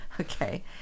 okay